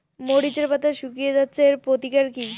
মরিচের পাতা শুকিয়ে যাচ্ছে এর প্রতিকার কি?